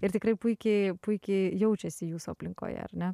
ir tikrai puikiai puikiai jaučiasi jūsų aplinkoje ar ne